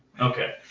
Okay